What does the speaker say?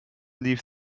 leave